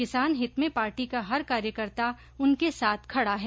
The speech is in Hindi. किसान हित में पार्टी का हर कार्यकर्ता उनके साथ खड़ा है